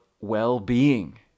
well-being